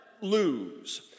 lose